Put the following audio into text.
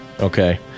Okay